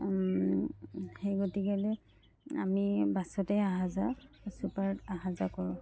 সেই গতিকেলে আমি বাছতেই অহা যোৱা চুপাৰত অহা যোৱা কৰোঁ